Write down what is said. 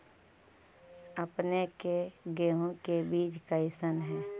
अपने के गेहूं के बीज कैसन है?